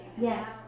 Yes